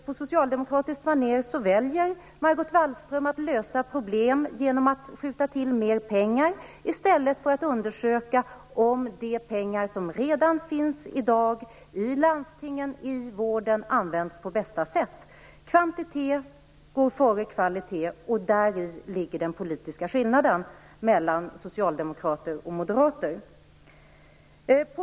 På socialdemokratiskt maner väljer Margot Wallström att lösa problem genom att skjuta till mer pengar i stället för att undersöka om de pengar som redan finns i dag i landstingen används på bästa sätt i vården. Kvantitet går före kvalitet, och däri ligger den politiska skillnaden mellan socialdemokrater och moderater.